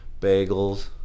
bagels